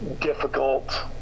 difficult